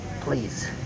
Please